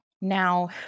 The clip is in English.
Now